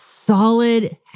Solid